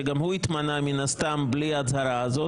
שגם הוא התמנה מן הסתם בלי ההצהרה הזאת,